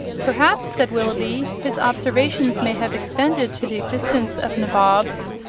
perhaps, said willoughby, his observations may have extended to the existence of nabobs,